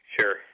Sure